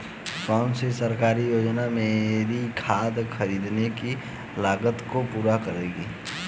कौन सी सरकारी योजना मेरी खाद खरीदने की लागत को पूरा करेगी?